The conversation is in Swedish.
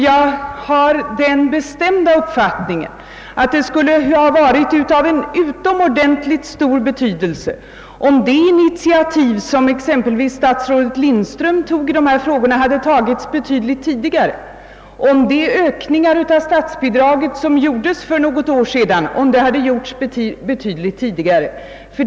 Jag har den bestämda uppfattningen att det skulle ha varit av en utomordentligt stor betydelse om exempelvis det initiativ, som statsrådet Lindström sent omsider tog på detta område och om de ökningar av statsbidraget som vidtogs för något år sedan, hade gjorts betydligt tidigare.